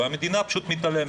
והמדינה פשוט מתעלמת.